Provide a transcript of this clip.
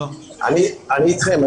אני אתכם.